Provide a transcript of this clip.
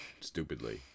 stupidly